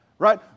Right